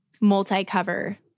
multi-cover